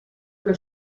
que